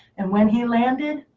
and when he landed,